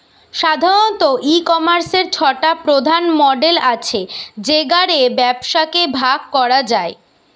সাধারণত, ই কমার্সের ছটা প্রধান মডেল আছে যেগা রে ব্যবসাকে ভাগ করা যায়